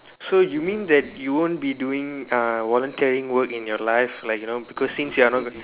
so you mean that you won't be doing uh volunteering work in your life like you know because since you are not